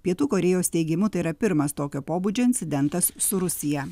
pietų korėjos teigimu tai yra pirmas tokio pobūdžio incidentas su rusija